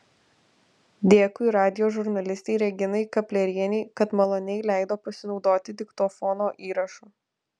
dėkui radijo žurnalistei reginai kaplerienei kad maloniai leido pasinaudoti diktofono įrašu